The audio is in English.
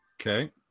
okay